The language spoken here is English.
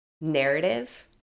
narrative